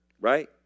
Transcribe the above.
right